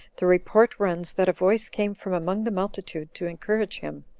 the report runs, that a voice came from among the multitude to encourage him,